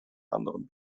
anderen